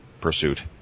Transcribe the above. pursuit